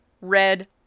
red